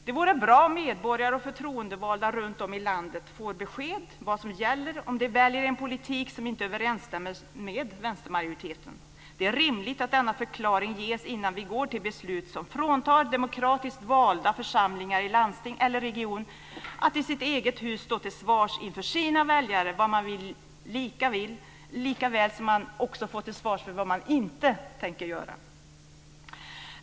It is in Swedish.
Det vore bra om medborgare och förtroendevalda runtom i landet får besked om vad som gäller om de väljer en politik som inte överensstämmer med vänstermajoriteten. Det är rimligt att denna förklaring ges innan vi fattar beslut som fråntar demokratiskt valda församlingar i landsting eller region att i eget hus stå till svars inför sina egna väljare, likaväl som de också får stå till svars för vad de inte tänker göra.